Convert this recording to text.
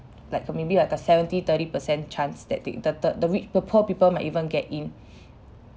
like a for maybe like a seventy thirty percent chance that the the the the rich po~ poor people might even get in